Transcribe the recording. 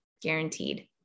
guaranteed